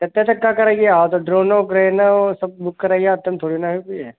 कितने तक का करइया हो आ तो ड्रोनौ ट्रेनौ सब बुक करइयो उतने में थोड़ी न होइ पइहे